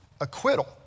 acquittal